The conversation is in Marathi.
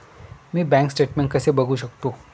मी बँक स्टेटमेन्ट कसे बघू शकतो?